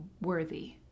worthy